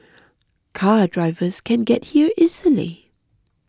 car drivers can get here easily